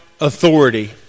authority